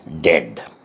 dead